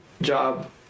job